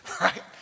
right